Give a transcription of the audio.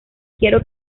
quiero